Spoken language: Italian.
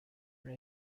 fra